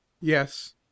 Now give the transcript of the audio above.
yes